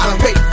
pay